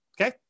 Okay